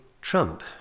trump